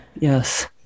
yes